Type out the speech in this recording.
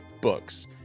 books